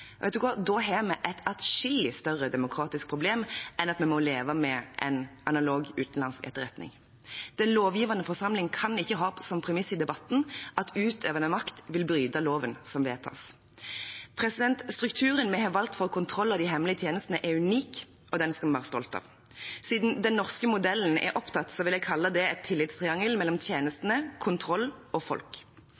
da har vi et adskillig større demokratisk problem enn at vi må leve med en analog utenlandsk etterretning. Den lovgivende forsamling kan ikke ha som premiss i debatten at utøvende makt vil bryte loven som vedtas. Strukturen vi har valgt for kontroll av de hemmelige tjenestene, er unik, og den skal vi være stolt av. Siden «den norske modellen» er opptatt, vil jeg kalle det et tillitstriangel mellom